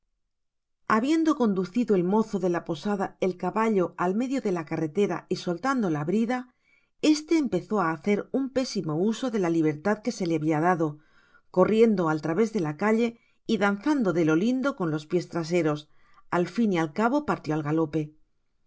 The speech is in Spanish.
habieudo conducido el mozo de ia posada el caballo al medio de la carretera y soltando la brida este empezó á hacer un pésimo uso de la libertad que se le habia dado corriendo al través de la calle y danzando de lo lindo con los pies traseros al fin y al cabo partió al galope